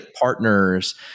partners